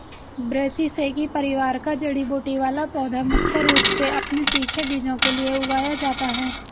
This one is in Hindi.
ब्रैसिसेकी परिवार का जड़ी बूटी वाला पौधा मुख्य रूप से अपने तीखे बीजों के लिए उगाया जाता है